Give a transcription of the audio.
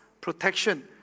protection